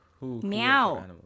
Meow